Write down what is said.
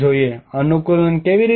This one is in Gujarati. અનુકૂલન કેવી રીતે કરવું